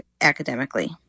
academically